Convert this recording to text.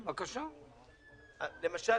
למשל,